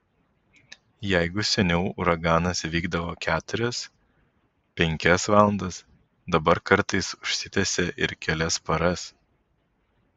jeigu seniau uraganas vykdavo keturias penkias valandas dabar kartais užsitęsia ir kelias paras